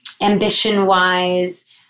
ambition-wise